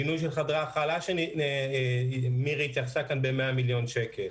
בינוי של חדרי הכלה ב-100 מיליון שקל,